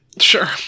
Sure